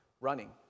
running